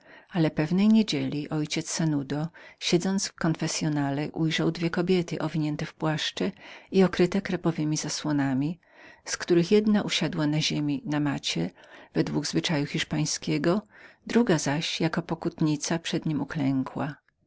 ale pewnej niedzieli ojciec sanudo siedząc w konfessyonale ujrzał dwie kobiety okryte krepowemi zasłonami z których jedna usiadła na ziemi na macie według zwyczaju hiszpańskiego druga zaś jako pokutnica przed nim uklękła